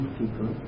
people